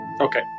Okay